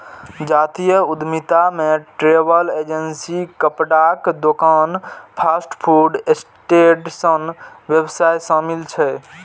जातीय उद्यमिता मे ट्रैवल एजेंसी, कपड़ाक दोकान, फास्ट फूड स्टैंड सन व्यवसाय शामिल छै